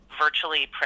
virtually